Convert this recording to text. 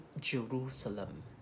Jerusalem